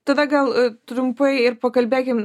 tada gal trumpai ir pakalbėkim